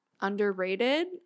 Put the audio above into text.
underrated